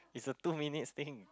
it's a two minute thing